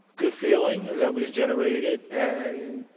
good feeling that was generated, and